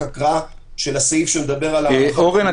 הקראה של הסעיף שמדבר על --- אורן,